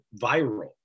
viral